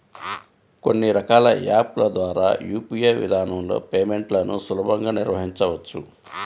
కొన్ని రకాల యాప్ ల ద్వారా యూ.పీ.ఐ విధానంలో పేమెంట్లను సులభంగా నిర్వహించవచ్చు